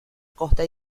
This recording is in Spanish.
costa